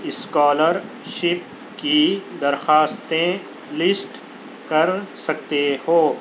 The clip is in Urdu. اسکالر شپ کی درخواستیں لِسٹ کر سکتے ہو